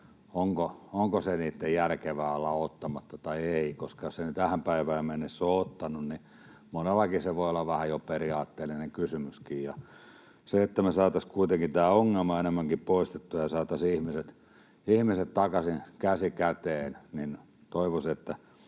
onko heidän järkevää olla ottamatta vai ei, koska jos eivät ne tähän päivään mennessä ole ottaneet, niin monellakin se voi olla vähän jo periaatteellinen kysymyskin. Jotta me saataisiin kuitenkin tämä ongelma enemmänkin poistettua ja saataisiin ihmiset takaisin käsi käteen, toivoisin, että